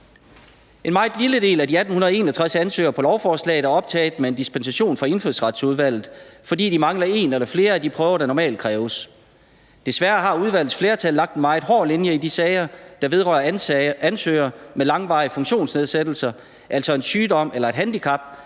En meget lille del af de 1.861 ansøgere på lovforslaget er optaget med en dispensation fra Indfødsretsudvalget, fordi de mangler en eller flere af de prøver, der normalt kræves. Desværre har udvalgets flertal lagt en meget hård linje i de sager, der vedrører ansøgere med langvarige funktionsnedsættelser, altså en sygdom eller et handicap,